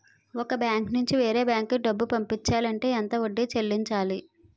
ఒక బ్యాంక్ నుంచి వేరే బ్యాంక్ కి డబ్బులు పంపించాలి అంటే ఎంత వడ్డీ చెల్లించాలి?